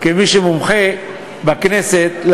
כמי שמומחה בכנסת,